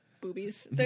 Boobies